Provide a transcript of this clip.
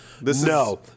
No